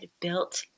built